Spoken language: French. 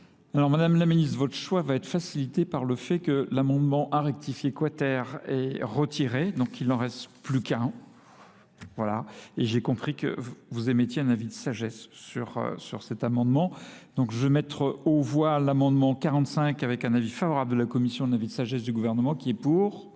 Alors, Mme la ministre, votre choix va être facilité par le fait que l'amendement à rectifier Quater est retiré, donc il n'en reste plus qu'un. Voilà. Et j'ai compris que vous émettiez un avis de sagesse sur cet amendement. Donc je vais mettre au voie l'amendement 45, avec un avis favorable de la Commission de l'avis de sagesse du gouvernement, qui est pour